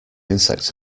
insect